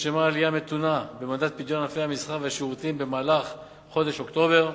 נרשמה עלייה מתונה במדד פדיון ענפי המסחר והשירותים במהלך חודש אוקטובר,